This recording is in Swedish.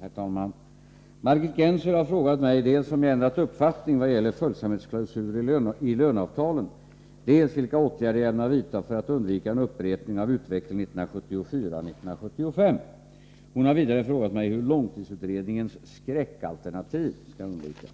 Herr talman! Margit Gennser har frågat mig dels om jag ändrat uppfattning vad gäller följsamhetsklausuler i löneavtalen, dels vilka åtgärder jag ämnar vidta för att undvika en upprepning av utvecklingen år 1974 och 1975. Hon har vidare frågat mig hur långtidsutredningens skräckalternativ skall undvikas.